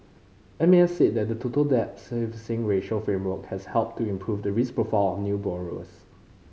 M A S said that the Total Debt Servicing Ratio framework has helped to improve the risk profile of new borrowers